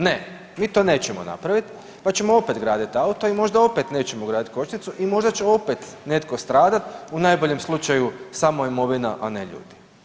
Ne, mi to nećemo napravit pa ćemo opet graditi auto i možda opet nećemo ugraditi kočnicu i možda će opet netko stradat, u najboljem slučaju samo imovina, a ne ljudi.